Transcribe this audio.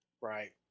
Right